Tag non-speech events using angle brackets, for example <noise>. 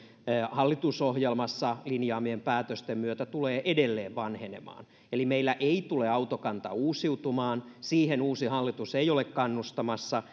hallitusohjelmassa linjaamien päätösten myötä tulee edelleen vanhenemaan eli meillä ei tule autokanta uusiutumaan siihen uusi hallitus ei ole kannustamassa <unintelligible>